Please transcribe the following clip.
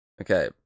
okay